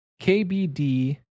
KBD